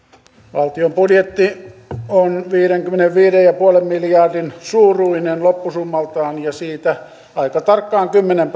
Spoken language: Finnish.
valtion budjetti on viidenkymmenenviiden pilkku viiden miljardin suuruinen loppusummaltaan ja siitä aika tarkkaan kymmenen